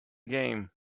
game